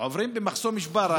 עוברים במחסום ג'בארה,